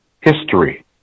history